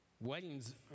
Weddings